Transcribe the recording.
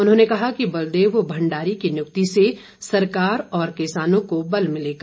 उन्होंने कहा कि बलदेव भंडारी की नियुक्ति से सरकार और किसानों को बल मिलेगा